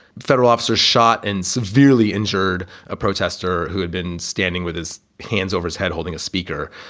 federal officer shot and severely injured a protester who had been standing with his hands over his head, holding a speaker.